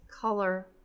color